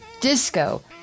disco